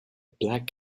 black